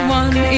one